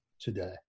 today